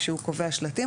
כשהוא קובע שלטים,